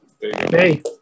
hey